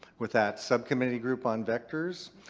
with that subcommittee group on vectors.